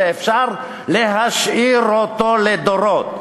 ואפשר להשאיר אותו לדורות.